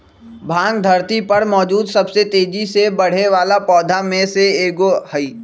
भांग धरती पर मौजूद सबसे तेजी से बढ़ेवाला पौधा में से एगो हई